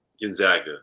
Gonzaga